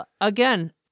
again